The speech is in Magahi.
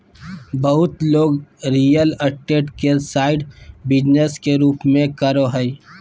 बहुत लोग रियल स्टेट के साइड बिजनेस के रूप में करो हइ